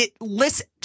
listen